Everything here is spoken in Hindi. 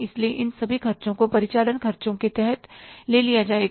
इसलिए इन सभी खर्चों को परिचालन खर्चों के तहत ले लिया जाएगा